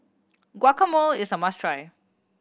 guacamole is a must try